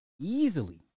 easily